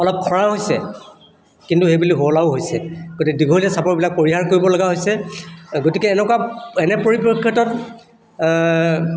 অলপ খৰা হৈছে কিন্তু সেই বুলি সুৱলাও হৈছে গতিকে দীঘলীয়া চাপৰবিলাক পৰিহাৰ কৰিব লগা হৈছে গতিকে এনেকুৱা এনে পৰিপ্ৰেক্ষিতত